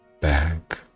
back